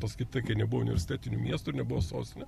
pasakyt tai kai nebuvo universitetiniu miestu ir nebuvo sostine